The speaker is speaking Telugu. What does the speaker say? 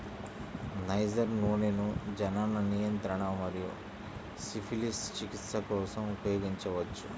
నైజర్ నూనెను జనన నియంత్రణ మరియు సిఫిలిస్ చికిత్స కోసం ఉపయోగించవచ్చు